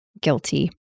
guilty